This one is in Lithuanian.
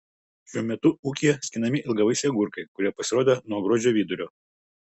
šiuo metu ūkyje skinami ilgavaisiai agurkai kurie pasirodė nuo gruodžio vidurio